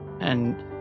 and-